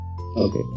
Okay